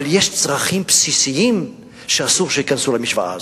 אבל יש צרכים בסיסיים שאסור שייכנסו למשוואה הזאת.